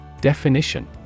Definition